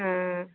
ஆ